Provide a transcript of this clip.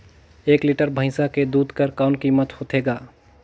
एक लीटर भैंसा के दूध कर कौन कीमत होथे ग?